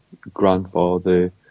grandfather